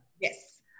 Yes